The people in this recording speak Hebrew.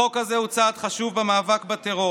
החוק הזה הוא צעד חשוב במאבק בטרור.